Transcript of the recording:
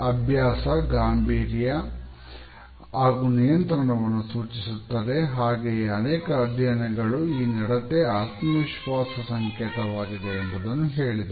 ಅಭ್ಯಾಸ ಗಾಂಭೀರ್ಯ ಹಾಗೂ ನಿಯಂತ್ರಣವನ್ನು ಸೂಚಿಸುತ್ತದೆ ಹಾಗೆಯೇ ಅನೇಕ ಅಧ್ಯಯನಗಳು ಈ ನಡತೆ ಆತ್ಮವಿಶ್ವಾಸ ಸಂಕೇತವಾಗಿದೆ ಎಂಬುದನ್ನು ಹೇಳಿದೆ